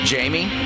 Jamie